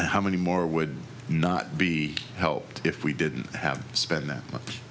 how many more would not be helped if we didn't have to spend that